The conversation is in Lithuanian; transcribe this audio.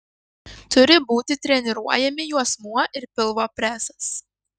turi būti treniruojami juosmuo ir pilvo presas